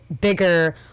bigger